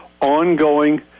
ongoing